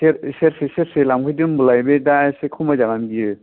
सेरसे सेरसे लांफैदो होनबालाय बे दा एसे खमायजाग बेयो